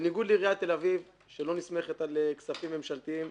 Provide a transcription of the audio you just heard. בניגוד לעיריית תל אביב שאל נסמכת על כספים ממשלתיים,